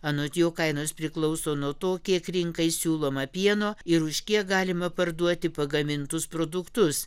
anot jo kainos priklauso nuo to kiek rinkai siūloma pieno ir už kiek galima parduoti pagamintus produktus